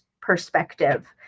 perspective